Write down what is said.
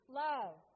love